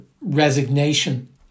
resignation